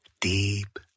deep